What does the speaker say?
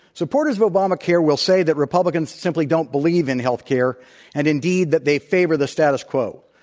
supporters of obamacare will say that republicans simply don't believe in healthcare and indeed that they favor the status quo.